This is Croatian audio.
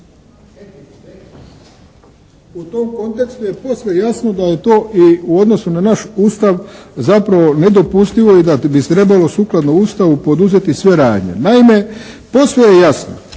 u tom kontekstu je posve jasno da je to i u odnosu na naš Ustav zapravo nedopustivo i da bi trebalo sukladno Ustavu poduzeti se radnje. Naime, posve je jasno